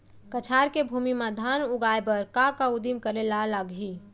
कछार के भूमि मा धान उगाए बर का का उदिम करे ला लागही?